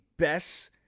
best